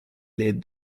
led